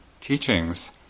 teachings